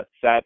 set